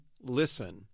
listen